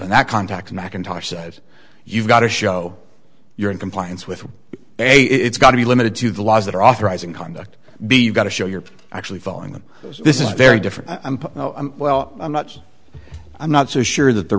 in that context mcintosh says you've got to show you're in compliance with it's got to be limited to the laws that are authorizing conduct be you got to show you're actually following them this is very different i'm well i'm not i'm not so sure that the